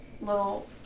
little